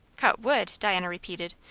cut wood! diana repeated.